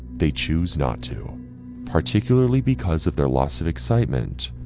they choose not to particularly because of their loss of excitement,